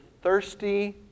thirsty